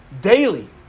daily